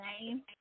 name